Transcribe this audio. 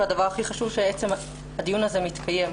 הדבר הכי חשוב הוא שהדיון הזה מתקיים,